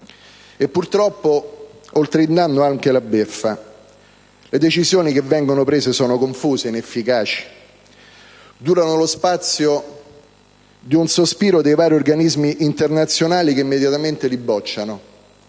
e purtroppo oltre il danno vi è anche la beffa: le decisioni che vengono prese sono confuse ed inefficaci, durano lo spazio di un sospiro dei vari organismi internazionali che immediatamente li bocciano